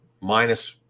minus